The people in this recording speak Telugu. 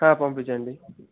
పంపించండి